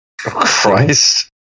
Christ